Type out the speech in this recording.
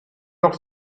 noch